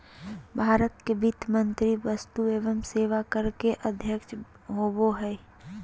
भारत के वित्त मंत्री वस्तु एवं सेवा कर के अध्यक्ष होबो हइ